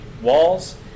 walls